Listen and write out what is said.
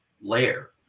layer